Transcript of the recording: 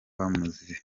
bamuziho